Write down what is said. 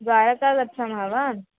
द्वारकां गच्छामः वा